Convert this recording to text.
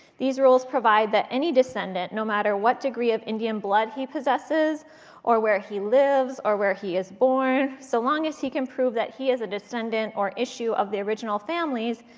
these rules provide that any descendant, no matter what degree of indian blood he possesses or where he lives or where he is born, so long as he can prove that he is a descendant or issue of the original families,